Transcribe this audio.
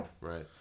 right